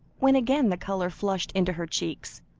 when again the colour flushed into her cheeks.